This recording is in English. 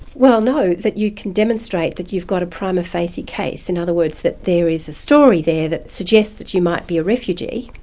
well no, that you can demonstrate that you've got a prima facie case. in other words that there is a story there that suggests that you might be a refugee,